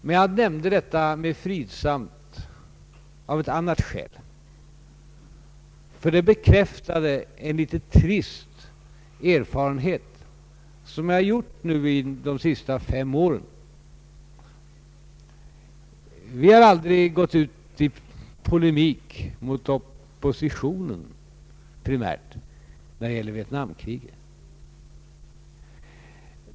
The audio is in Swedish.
När jag nämnde att inläggen varit fridsamma, gjorde jag det av ett annat skäl, ty jag har fått bekräftelse på en trist erfarenhet som jag har gjort under de senaste fem åren. Vi har aldrig primärt gått ut i polemik mot opposi Ang. Sveriges utrikesoch handelspolitik tionen när det gäller Vietnamkriget.